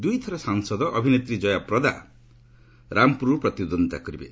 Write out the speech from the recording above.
ଦୁଇ ଥର ସାଂସଦ ଅଭିନେତ୍ରୀ ଜୟା ପ୍ରଦା ରାମପୁରରୁ ପ୍ରତିଦ୍ୱନ୍ଦ୍ୱୀତା କରିବେ